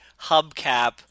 hubcap